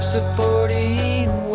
Supporting